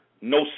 no